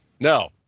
No